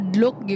look